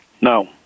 No